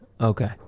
Okay